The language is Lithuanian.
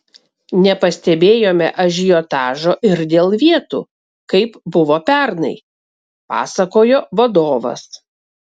nepastebėjome ažiotažo ir dėl vietų kaip buvo pernai pasakojo vadovas